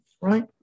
Right